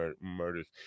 murders